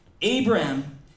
Abraham